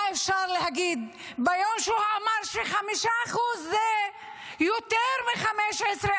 מה אפשר להגיד, ביום שהוא אמר ש-5% זה יותר מ-15%?